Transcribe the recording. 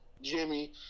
Jimmy